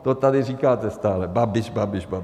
To tady říkáte stále Babiš, Babiš, Babiš.